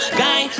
guy